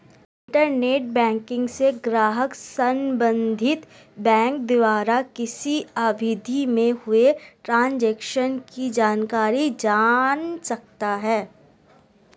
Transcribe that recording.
internet banking से ग्राहक संबंधित बैंक द्वारा किसी अवधि में हुए ट्रांजेक्शन की जानकारी जान सकता है